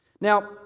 Now